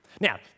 now